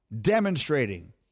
demonstrating